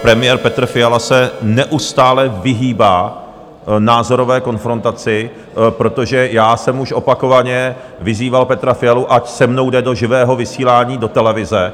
Premiér Petr Fiala se neustále vyhýbá názorové konfrontaci, protože já jsem už opakovaně vyzýval Petra Fialu, ať se mnou jde do živého vysílání do televize.